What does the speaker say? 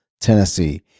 Tennessee